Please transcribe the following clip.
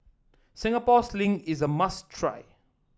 Singapore Sling is a must try